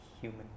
human